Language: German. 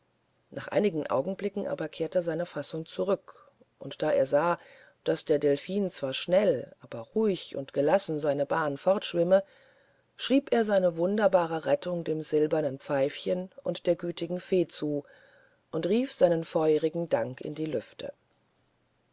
nach einigen augenblicken aber kehrte seine fassung zurück und da er sah daß der delphin zwar schnell aber ruhig und gelassen seine bahn fortschwimme schrieb er seine wunderbare rettung dem silbernen pfeifchen und der gütigen fee zu und rief seinen feurigsten dank in die lüfte